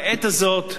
בעת הזאת.